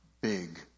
big